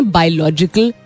biological